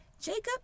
Jacob